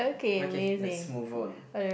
okay let's move on